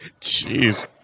Jeez